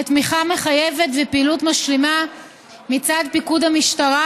לתמיכה מחייבת ופעילות משלימה מצד פיקוד המשטרה,